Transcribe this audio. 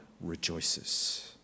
rejoices